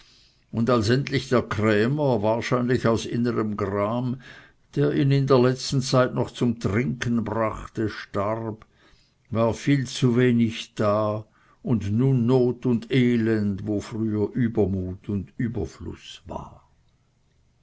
und als endlich der krämer wahrscheinlich aus innerm gram der ihn in der letzten zeit noch zum trinken brachte starb war viel zu wenig da und nun not und elend wo früher übermut und überfluß war